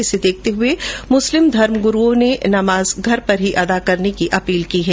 इसे देखते हुए मुस्लिम धर्म गुरूओं ने नमाज घर पर ही अदा करने की अपील की है